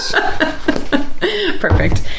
Perfect